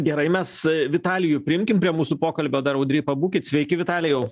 gerai mes vitalijų priimkim prie mūsų pokalbio dar audry pabūkit sveiki vitalijau